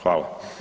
Hvala.